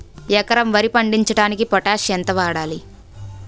ఎకరం వరి పండించటానికి పొటాష్ ఎంత వాడాలి?